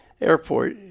airport